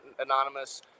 anonymous